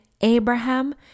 Abraham